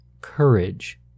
Courage